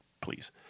Please